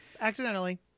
Accidentally